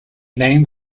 name